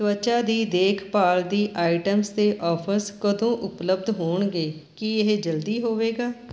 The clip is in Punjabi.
ਤਵਚਾ ਦੀ ਦੇਖ ਭਾਲ ਦੀ ਆਈਟਮਜ਼ 'ਤੇ ਔਫ਼ਰਜ਼ ਕਦੋਂ ਉਪਲਬਧ ਹੋਣਗੇ ਕੀ ਇਹ ਜਲਦੀ ਹੋਵੇਗਾ